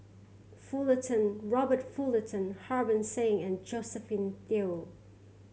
Fullerton Robert Fullerton Harbans Singh and Josephine Teo